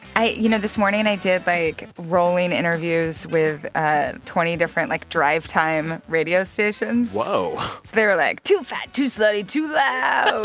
i you know, this morning and i did, like, rolling interviews with ah twenty different, like, drive-time radio stations whoa so they were like, too fat, too slutty, too loud.